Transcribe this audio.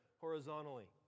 horizontally